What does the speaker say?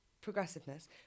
progressiveness